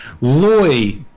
Loy